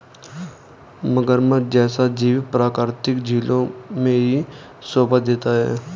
मगरमच्छ जैसा जीव प्राकृतिक झीलों में ही शोभा देता है